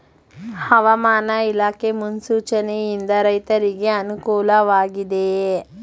ಹವಾಮಾನ ಇಲಾಖೆ ಮುನ್ಸೂಚನೆ ಯಿಂದ ರೈತರಿಗೆ ಅನುಕೂಲ ವಾಗಿದೆಯೇ?